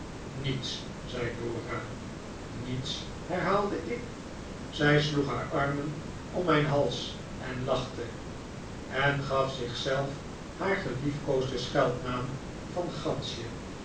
niets zei dora niets herhaalde ik zij sloeg haar armen om mijn hals en lachte en gaf zich zelf haar geliefkoosden scheldnaam van gansje